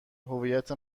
هویت